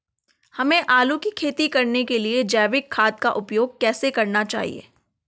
हमें आलू की खेती करने के लिए जैविक खाद का उपयोग कैसे करना चाहिए?